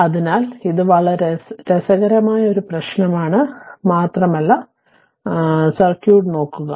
അതിനാൽ ഇത് വളരെ രസകരമായ ഒരു പ്രശ്നമാണ് മാത്രമല്ല സർക്യൂട്ട് നോക്കുക